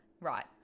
right